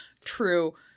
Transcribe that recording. True